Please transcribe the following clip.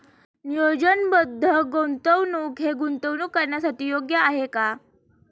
नियोजनबद्ध गुंतवणूक हे गुंतवणूक करण्यासाठी योग्य आहे का?